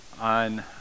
on